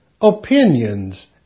opinions